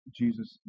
Jesus